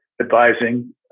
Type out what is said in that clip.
advising